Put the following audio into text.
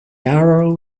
arrow